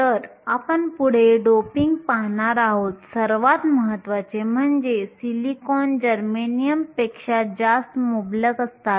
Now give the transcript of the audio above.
तर आपण पुढे डोपिंग पाहणार आहोत सर्वात महत्त्वाचे म्हणजे सिलिकॉन जर्मेनियमपेक्षा जास्त मुबलक असतात